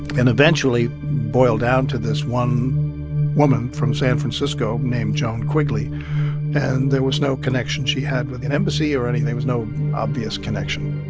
and eventually boiled down to this one woman from san francisco named john quigley. and there was no connection she had with an embassy or anything. there was no obvious connection